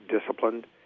disciplined